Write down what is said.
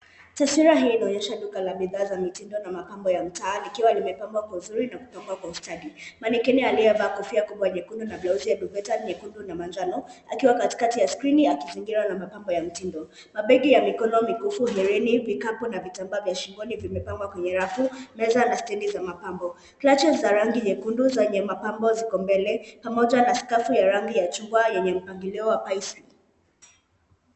Taswira hii inaonyesha duka la bidhaa za mitindo na mapambo ya mtaa likiwa limepambwa vizuri na kutapakaa kwa ustadi. Mannequin aliyevaa kofia kubwa nyekundu na blauzi ya duvet nyekundu na manjano akiwa katikati ya skrini akizingirwa na mapambo ya mtindo. Mabegi ya mikono, mikufu, hereni, vikapu na vitambaa vya shingoni vimepangwa kwenye rafu, meza na stendi za mapambo. Clutches za rangi nyekundu zenye mapambo ziko mbele pamoja na skafu ya rangi ya chungwa yenye mpangilio wa paisley .